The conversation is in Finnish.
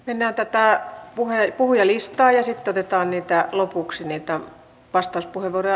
mennään tätä puhujalistaa ja sitten otetaan lopuksi vastauspuheenvuoroja